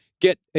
get